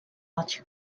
much